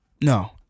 no